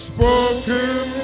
Spoken